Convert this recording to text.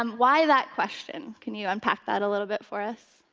um why that question? can you unpack that a little bit for us?